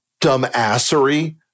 dumbassery